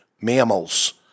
mammals